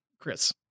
Chris